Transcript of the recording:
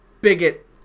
bigot